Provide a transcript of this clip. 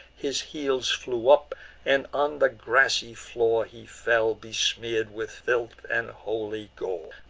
his heels flew up and on the grassy floor he fell, besmear'd with filth and holy gore.